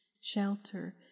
shelter